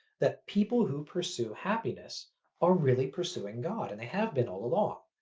that people who pursue happiness are really pursuing god, and they have been all along.